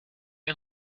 ein